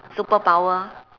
superpower